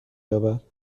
یابد